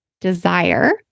desire